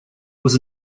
was